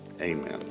amen